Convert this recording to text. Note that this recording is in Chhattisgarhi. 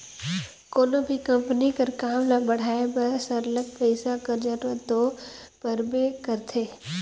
कोनो भी कंपनी कर काम ल बढ़ाए बर सरलग पइसा कर जरूरत दो परबे करथे